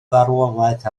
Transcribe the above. farwolaeth